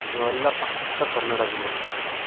ನಾವೆಲ್ಲ ಪಕ್ಕ ಕನ್ನಡ ಅಭಿಮಾನಿಗಳು ನಾವು